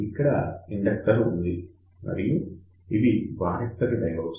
ఇక్కడ ఇండక్టర్ ఉంది మరియు ఇవి వారెక్టర్ డయోడ్స్